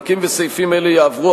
פרקים וסעיפים אלה יועברו,